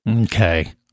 Okay